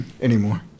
anymore